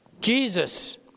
Jesus